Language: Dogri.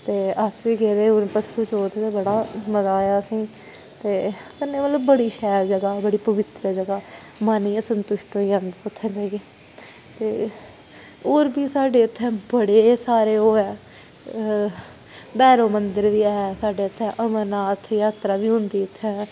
ते अस बी गेदे हे हून परसों चौथ ते बड़ा मजा आया असेंगी ते कन्नै कन्नै बड़ी शैल जगह् ऐ बड़ी पवित्र जगह् ऐ मन इ'यां संतुश्ट होई जंदा उत्थें जाइयै ते होर बी साढ़े इत्थें बड़े सारे ओह् ऐ भैरो मन्दर बी ऐ साढ़े इत्थें अमरनाथ जातरा बी होंदी इत्थें